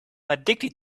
addicted